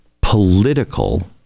Political